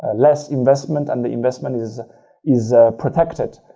ah less investment and the investment is is protected.